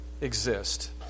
Exist